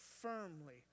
firmly